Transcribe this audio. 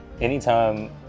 anytime